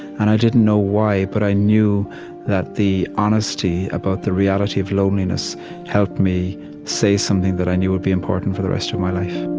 and i didn't know why, but i knew that the honesty about the reality of loneliness helped me say something that i knew would be important for the rest of my life